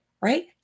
right